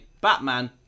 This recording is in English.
Batman